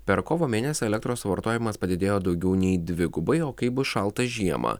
per kovo mėnesį elektros suvartojimas padidėjo daugiau nei dvigubai o kai bus šaltą žiemą